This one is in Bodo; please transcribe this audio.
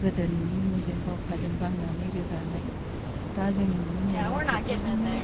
गोदो नुयोमोन जों बावखाजों बाननानै रोगानाय दा जों नुनो मोनो ट्रेक्ट'रजोंनो